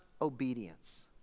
obedience